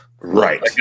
right